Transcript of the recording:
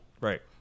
Right